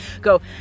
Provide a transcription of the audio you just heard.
go